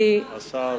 השר.